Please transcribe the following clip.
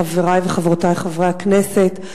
חברי וחברותי חברי הכנסת,